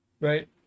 Right